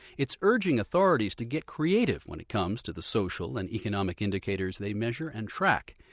it's urging authorities to get creative when it comes to the social and economic indicators they measure and track.